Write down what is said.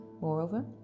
Moreover